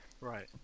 Right